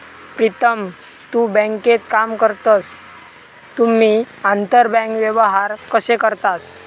प्रीतम तु बँकेत काम करतस तुम्ही आंतरबँक व्यवहार कशे करतास?